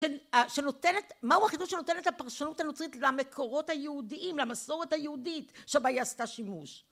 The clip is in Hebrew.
שנותנת... מהו החידוש שנותנת הפרשנות הנוצרית למקורות היהודיים, למסורת היהודית, שבה היא עשתה שימוש